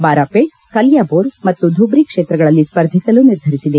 ಬಾರ್ಪೇಟ್ ಕಲಿಯಾದೊರ್ ಮತ್ತು ದುಬ್ರಿ ಕ್ಷೇತ್ರಗಳಲ್ಲಿ ಸ್ಪರ್ಧಿಸಲು ನಿರ್ಧರಿಸಿದೆ